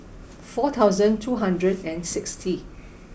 four thousand two hundred and sixty